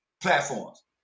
platforms